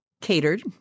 catered